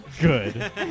good